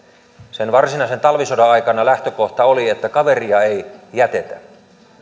sen varsinaisen talvisodan aikana lähtökohta oli että kaveria ei jätetä